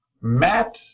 Matt